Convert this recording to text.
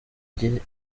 ntege